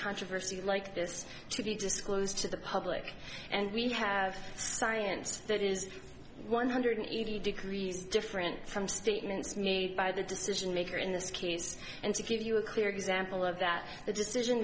controversies like this to be disclosed to the public and we have science that is one hundred eighty degrees different from statements need by the decision maker in this case and to give you a clear example of that the decision